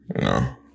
No